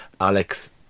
Alex